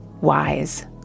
wise